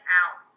out